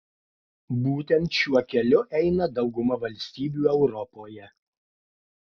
būtent šiuo keliu eina dauguma valstybių europoje